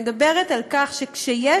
אני מדברת על כך שחס